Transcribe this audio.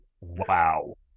Wow